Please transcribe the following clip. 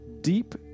Deep